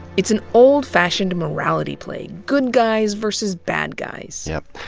it's an old-fashioned morality play. good guys versus bad guys. yep.